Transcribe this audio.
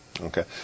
okay